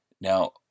Now